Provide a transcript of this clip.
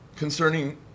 Concerning